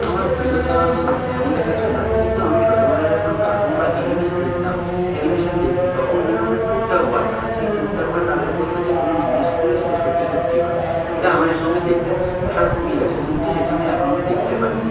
আমার প্রিয় তারা বলতে তেমনটা কিছু নয় কিন্তু আমি ছোটোবেলায় যখন কার্টুন বা অ্যানিমেস দেখতাম অ্যানিমেশান দেখতাম তখন বিনোদনে টুটতা হুয়া তারা সেই টুটতা হুয়া তারায় বলত যে কোনো উইশ করলে সেটা সত্যি সত্যি হয় এটা আমার এক রকমের দেখতে দেখার খুবই ইয়ে আছে কিন্তু সেটা আমি এখনও অবধি দেখতে পাইনি